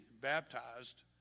baptized